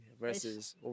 versus